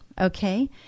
Okay